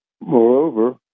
Moreover